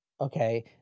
Okay